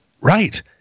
Right